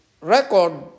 record